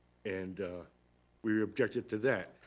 and we objected to that.